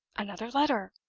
another letter!